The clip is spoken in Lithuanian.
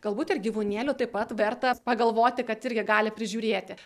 galbūt ir gyvūnėlių taip pat verta pagalvoti kad irgi gali prižiūrėti